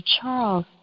Charles